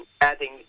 adding